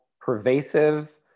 pervasive